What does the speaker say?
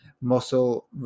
muscle